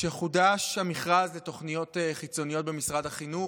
שחודש המכרז לתוכניות חיצוניות במשרד החינוך.